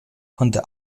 konnte